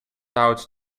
out